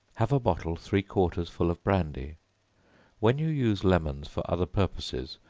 have a bottle three-quarters full of brandy when you use lemons for other purposes,